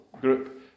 group